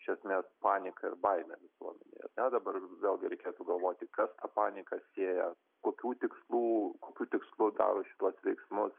iš esmės panika ir baimė visuomenėje dabar gal reikėtų galvoti kad paniką sėja kokių tikslų kokiu tikslu daro šituos veiksmus